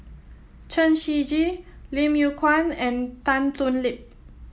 Chen Shiji Lim Yew Kuan and Tan Thoon Lip